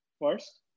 first